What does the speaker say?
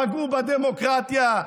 כשפגעו בדמוקרטיה.